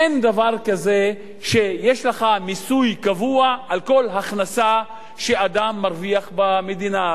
אין דבר כזה שיש לך מיסוי קבוע על כל הכנסה שאדם מרוויח במדינה,